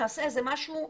נעשה איזה משהו,